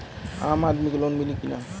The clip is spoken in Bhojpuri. आम आदमी के लोन मिली कि ना?